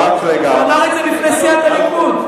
הוא אמר את זה בפני סיעת הליכוד.